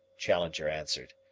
challenger answered.